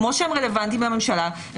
כפי שהם רלוונטיים לממשלה,